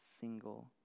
single